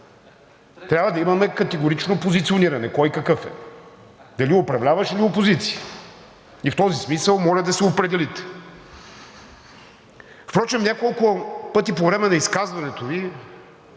Трябва да имаме категорично позициониране – кой какъв е, дали е управляващ, или опозиция. И в този смисъл моля да се определите. Впрочем няколко пъти по време на изказването Ви